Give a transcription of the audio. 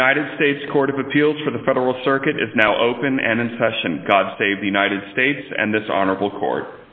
united states court of appeals for the federal circuit is now open and in session god save the united states and this honorable court